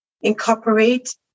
Incorporate